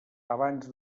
abans